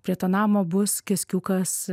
prie to namo bus kioskiukas